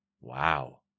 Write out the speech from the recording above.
wow